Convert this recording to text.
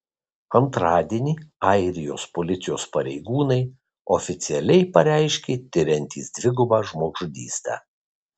antradienį airijos policijos pareigūnai oficialiai pareiškė tiriantys dvigubą žmogžudystę